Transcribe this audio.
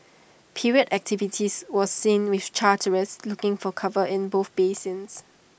period activities was seen with charterers looking for cover in both basins